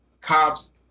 cops